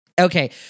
Okay